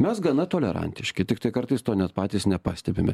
mes gana tolerantiški tiktai kartais to net patys nepastebime